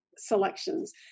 Selections